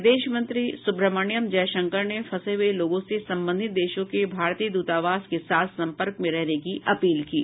विदेश मंत्री सुब्रह्मण्यम् जयशंकर ने फंसे हुए लोगों से संबंधित देशों के भारतीय दूतावास के साथ संपर्क में रहने की अपील की है